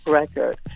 record